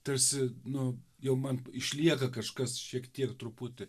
tarsi nu jau man išlieka kažkas šiek tiek truputį